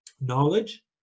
knowledge